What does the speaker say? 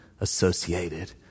associated